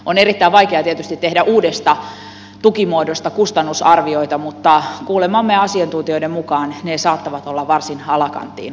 on erittäin vaikeaa tietysti tehdä uudesta tukimuodosta kustannusarvioita mutta kuulemiemme asiantuntijoiden mukaan ne saattavat olla varsin alakanttiin arvioituja